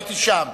הייתי שם,